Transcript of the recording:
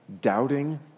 Doubting